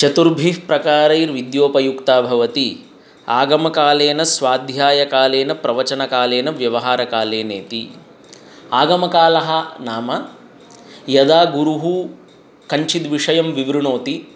चतुर्भिः प्रकारै विद्योपयुक्ता भवति आगमकालेन स्वाध्यायकालेन प्रवचनकालेन व्यवहारकालेनेति आगमकालः नाम यदा गुरुः कञ्चिद् विषयं विवृणोति